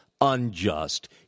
unjust